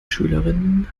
schülerinnen